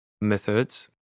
methods